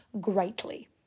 greatly